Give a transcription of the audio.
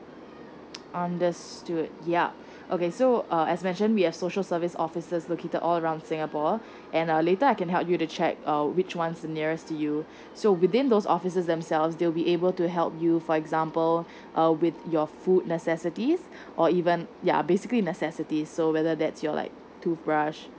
um just do it yup okay so uh as mention we have social service officers located all around singapore and later I can help you to check uh which one is the nearest to you so within those officers themselves they'll be able to help you for example uh with your food necessities or even ya basically necessities so whether that's your like toothbrush